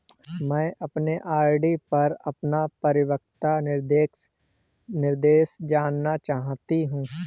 मैं अपने आर.डी पर अपना परिपक्वता निर्देश जानना चाहती हूँ